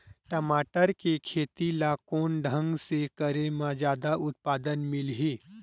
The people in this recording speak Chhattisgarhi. टमाटर के खेती ला कोन ढंग से करे म जादा उत्पादन मिलही?